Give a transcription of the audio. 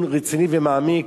ובאמת נקיים דיון רציני ומעמיק,